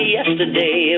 yesterday